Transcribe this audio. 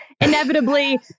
inevitably